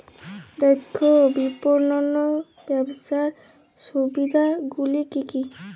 দক্ষ বিপণন ব্যবস্থার সুবিধাগুলি কি কি?